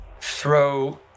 throw